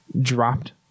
dropped